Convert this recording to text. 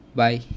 bye